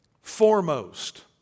foremost